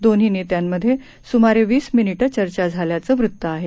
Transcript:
दोन्ही नेत्यांमध्ये सुमारे वीस मिनिटं चर्चा झाल्याचं वृत्त आहे